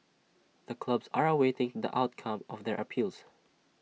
the clubs are awaiting the outcome of their appeals